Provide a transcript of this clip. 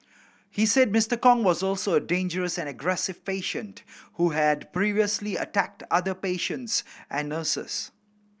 he said Mister Kong was also a dangerous and aggressive patient who had previously attacked other patients and nurses